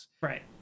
right